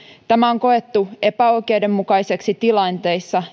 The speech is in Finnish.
tämä on koettu epäoikeudenmukaiseksi tilanteissa